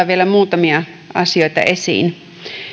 vielä muutamia asioita esiin